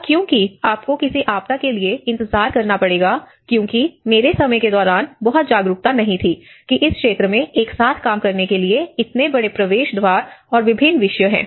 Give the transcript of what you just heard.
और क्योंकि आपको किसी आपदा के लिए इंतजार करना पड़ेगा क्योंकि मेरे समय के दौरान बहुत जागरूकता नहीं थी कि इस क्षेत्र में एक साथ काम करने के लिए इतने बड़े प्रवेश द्वार और विभिन्न विषय हैं